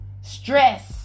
stress